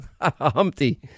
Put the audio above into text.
Humpty